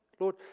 Lord